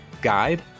guide